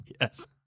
Yes